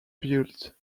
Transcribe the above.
built